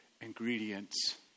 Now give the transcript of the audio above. ingredients